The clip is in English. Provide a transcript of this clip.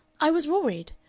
i was worried.